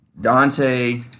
Dante